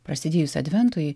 prasidėjus adventui